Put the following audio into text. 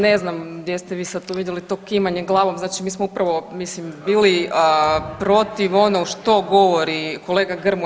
Ne znam gdje ste vi sad to vidjeli to kimanje glavom, znači mi smo upravo mislim bili protiv ono što govori kolega Grmoja.